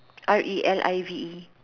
R E L I V E